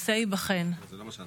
הכנסת, כנסת